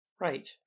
Right